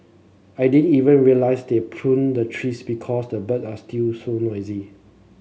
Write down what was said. I didn't even realise they pruned the trees because the bird are still so noisy